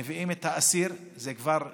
מביאים את האסיר, שהוא כבר שפוט,